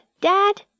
Dad